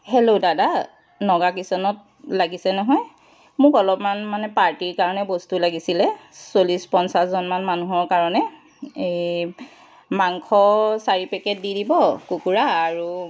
hello দাদা নগা কিটচেনত লাগিছে নহয় মোক অলপমান মানে পাৰ্টিৰ কাৰণে বস্তু লাগিছিলে চল্লিছ পঞ্চাছজনমান মানুহৰ কাৰণে এই মাংস চাৰি পেকেট দি দিব কুকুৰা আৰু